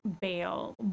bail